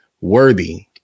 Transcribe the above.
worthy